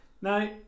no